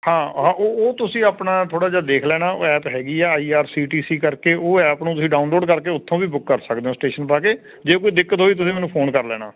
ਹਾਂ ਉਹ ਤੁਸੀਂ ਆਪਣਾ ਥੋੜ੍ਹਾ ਜਿਹਾ ਦੇਖ ਲੈਣਾ ਐਪ ਹੈਗੀ ਆ ਆਈਆਰਸੀਟੀਸੀ ਕਰਕੇ ਉਹ ਐਪ ਨੂੰ ਤੁਸੀਂ ਡਾਊਨਲੋਡ ਕਰਕੇ ਉਥੋਂ ਵੀ ਬੁੱਕ ਕਰ ਸਕਦੇ ਹੋ ਸਟੇਸ਼ਨ ਪਾ ਕੇ ਜੇ ਕੋਈ ਦਿੱਕਤ ਹੋਈ ਤੁਸੀਂ ਮੈਨੂੰ ਫੋਨ ਕਰ ਲੈਣਾ